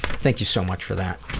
thank you so much for that.